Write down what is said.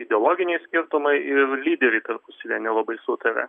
ideologiniai skirtumai ir lyderiai tarpusavyje nelabai sutaria